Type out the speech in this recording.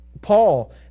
paul